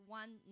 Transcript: one